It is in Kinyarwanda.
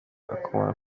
akomora